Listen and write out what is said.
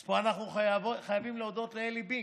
אז פה אנחנו חייבים להודות לעלי בינג,